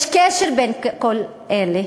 יש קשר בין כל אלה.